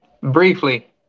Briefly